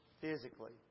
physically